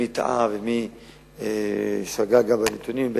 מי מהחברים טעה ומי שגה בנתונים.